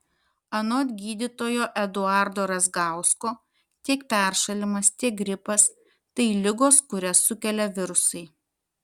anot gydytojo eduardo razgausko tiek peršalimas tiek gripas tai ligos kurias sukelia virusai